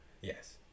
Yes